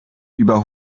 über